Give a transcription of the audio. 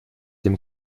dem